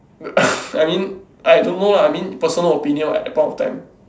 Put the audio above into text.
I mean I don't know lah I mean personal opinion [what] that point of time